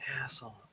asshole